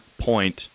point